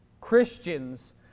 Christians